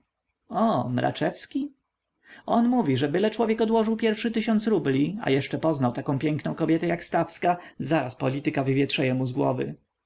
o mraczewski on mówi że byle człowiek odłożył pierwszy tysiąc rubli a jeszcze poznał taką piękną kobietę jak stawska zaraz polityka